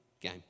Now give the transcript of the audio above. game